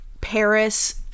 Paris